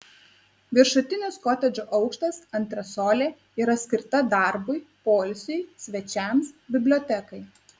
viršutinis kotedžo aukštas antresolė yra skirta darbui poilsiui svečiams bibliotekai